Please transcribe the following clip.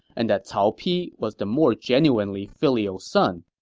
and that cao pi was the more genuinely filial son.